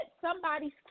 somebody's